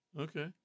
Okay